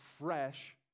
fresh